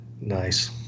Nice